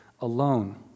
alone